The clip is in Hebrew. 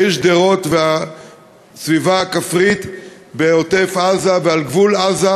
העיר שדרות והסביבה הכפרית בעוטף-עזה ועל גבול עזה,